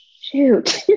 shoot